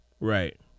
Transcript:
Right